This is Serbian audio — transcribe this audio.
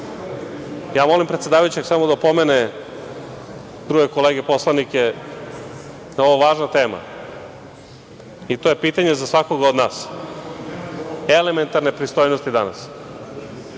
Molim predsedavajućeg, da opomene druge kolege poslanike da je ovo važna tema i to je pitanje za svakog od nas. Elementarne pristojnosti danas.